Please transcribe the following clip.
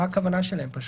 מה הכוונה שלהם?